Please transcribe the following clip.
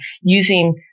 using